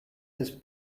this